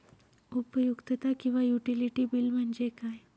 उपयुक्तता किंवा utility bill म्हणजे काय?